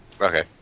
okay